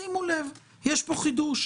שימו לב, יש כאן חידוש.